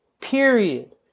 Period